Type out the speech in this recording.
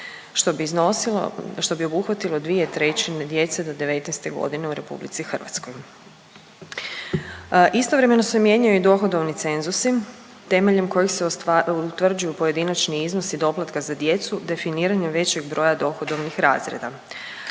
što bi obuhvatilo 2/3 djece do 19 godine u RH. Istovremeno se mijenjaju i dohodovni cenzusi temeljem kojih se ostva… utvrđuju pojedinačni iznosi doplatka za djecu definiranjem većeg broja dohodovnih razreda,